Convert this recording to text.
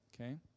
Okay